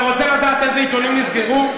אתה רוצה לדעת איזה עיתונים נסגרו?